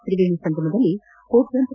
ತ್ರಿವೇಣಿ ಸಂಗಮದಲ್ಲಿ ಕೋಟ್ನಂತರ